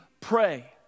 pray